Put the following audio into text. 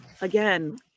Again